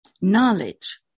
knowledge